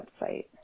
website